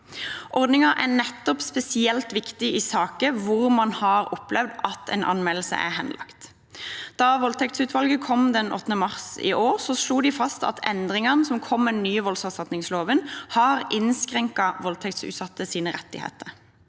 Ordningen er spesielt viktig nettopp i saker hvor man har opplevd at en anmeldelse er henlagt. Da voldtektsutvalget kom med sin rapport 8. mars i år, slo de fast at endringene som kom med den nye voldserstatningsloven, har innskrenket voldtektsutsattes rettigheter.